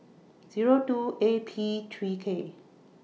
Zero two A P three K